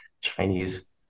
chinese